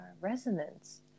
resonance